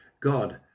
God